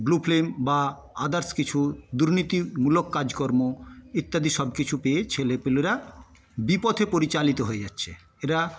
blue film বা others কিছু দুর্নীতিমূলক কাজকর্ম ইত্যাদি সবকিছু পেয়ে ছেলেপিলেরা বিপথে পরিচালিত হয়ে যাচ্ছে এরা